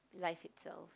life itself